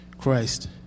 Christ